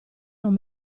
non